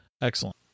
Excellent